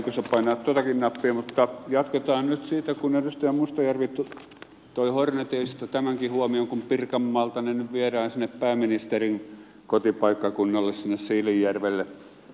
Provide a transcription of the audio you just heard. taisin vahingossa painaa tuotakin nappia mutta jatketaan nyt siitä kun edustaja mustajärvi toi horneteista tämänkin huomion kun pirkanmaalta ne nyt viedään sinne pääministerin kotipaikkakunnalle sinne siilinjärvelle